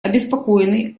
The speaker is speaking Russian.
обеспокоенный